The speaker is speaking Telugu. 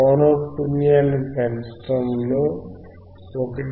పౌనఃపున్యాన్ని పెంచడంలో 1